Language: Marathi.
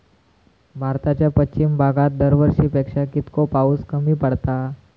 भारताच्या पश्चिम भागात दरवर्षी पेक्षा कीतको पाऊस कमी पडता?